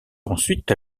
ensuite